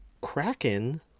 Kraken